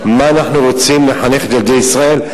למה אנחנו רוצים לחנך את ילדי ישראל,